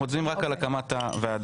אנחנו מצביעים רק על הקמת הוועדה.